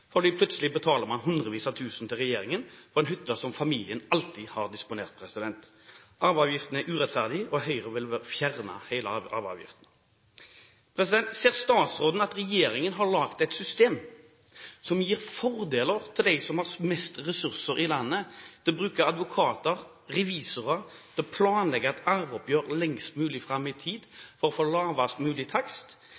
betaler man hundrevis av tusenlapper til regjeringen for en hytte som familien alltid har disponert. Arveavgiften er urettferdig, og Høyre vil fjerne hele arveavgiften. Ser statsråden at regjeringen har laget et system som gir fordeler til dem som har mest ressurser i landet, med tanke på å bruke advokater og revisorer til å planlegge et arveoppgjør lengst mulig fram i tid